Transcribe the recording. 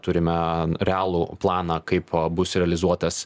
turime realų planą kaip bus realizuotas